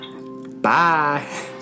bye